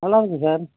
நல்லாயிருக்கும் சார்